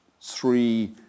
three